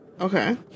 Okay